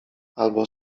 albo